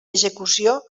execució